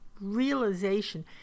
realization